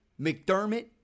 McDermott